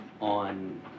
on